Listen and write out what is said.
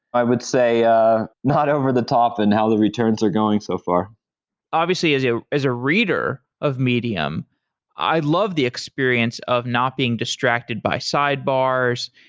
i would say ah not over the top and how the returns are going so far obviously, as a as a reader of medium i love the experience of not being distracted by sidebars,